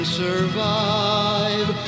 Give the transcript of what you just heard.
survive